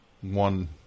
one